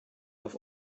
auf